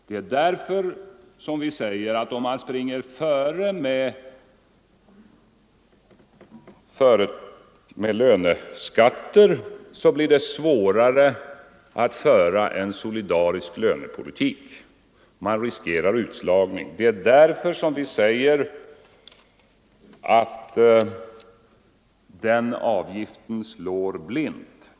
Det är därför som vi säger att om man springer före med löneskatter, då blir det svårare att föra en solidarisk lönepolitik. Då riskerar man utslagning. Det är därför som vi säger att den avgiften slår blint.